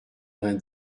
vingt